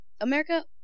America